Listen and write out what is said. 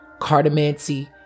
cardamancy